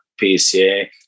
PCA